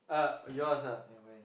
uh yours ah